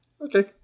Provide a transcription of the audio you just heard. Okay